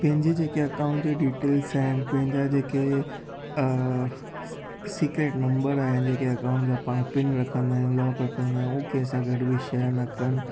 पंहिंजे जेके अकाउंट जा डिटेल्स आहिनि पंहिंजा जेके सिक्रेट नंबर आहिनि जेके अकाउंट जा पाण पिन रखंदा आहियूं लॉक रखंदा आयूं हू कंहिं सां गॾु बि शेयर न कन